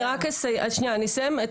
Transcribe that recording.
אני אסיים,